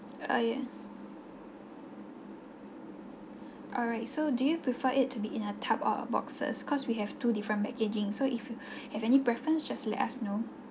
oh yeah alright so do you prefer it to be in a tub or boxes because we have two different packaging so if you have any preference just let us know